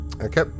Okay